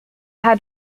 had